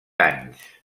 anys